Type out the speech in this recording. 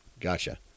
Gotcha